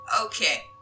Okay